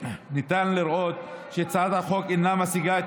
ניתן לראות שהצעת החוק אינה משיגה את